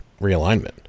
realignment